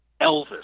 Elvis